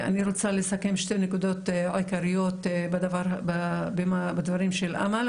אני רוצה לסכם שתי נקודות עיקריות בדברים של אמאל.